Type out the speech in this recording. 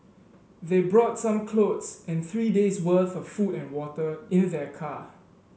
they brought some clothes and three days'worth of food and water in their car